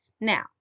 Now